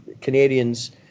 Canadians